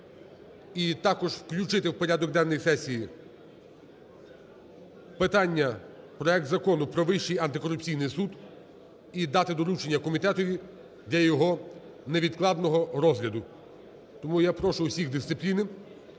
і також включити в порядок денний сесії питання, проект закону про Вищий антикорупційний суд і дати доручення комітетові для його невідкладного розгляду. Тому я прошу у всіх дисципліни